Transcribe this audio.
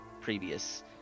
previous